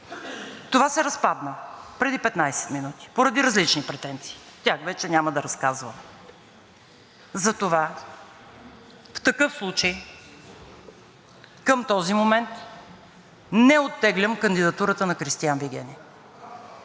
Това се разпадна преди 15 минути поради различни претенции, тях вече няма да разказвам. Затова в такъв случай към този момент не оттеглям кандидатурата на Кристиан Вигенин.